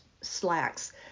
slacks